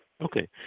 Okay